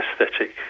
aesthetic